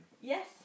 Yes